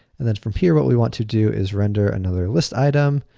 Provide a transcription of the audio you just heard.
and then, from here what we want to do is render another list item.